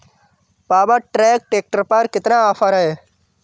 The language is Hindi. पावर ट्रैक ट्रैक्टर पर कितना ऑफर है?